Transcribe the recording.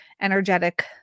energetic